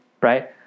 right